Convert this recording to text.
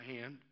hand